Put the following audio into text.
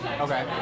Okay